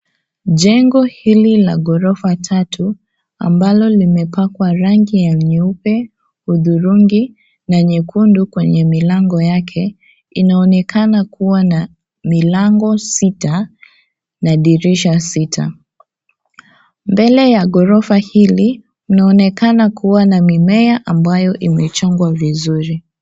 Jengo hili la gorofa tatu, ambalo limepakiwa rangi ya nyeupe, udhurungi, na nyekundu kwenye milango yake inaonekana kuwa na milango sita na dirisha sita. Mbele ya gorofa hili, mnaonekana kuwa na mimea ambayo imechungwa vizuri.